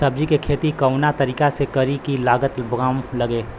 सब्जी के खेती कवना तरीका से करी की लागत काम लगे?